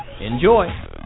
Enjoy